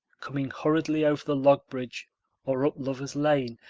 coming hurriedly over the log bridge or up lover's lane,